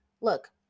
look